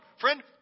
Friend